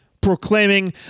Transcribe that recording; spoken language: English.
proclaiming